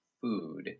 food